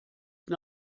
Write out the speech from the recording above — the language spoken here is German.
das